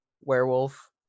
werewolf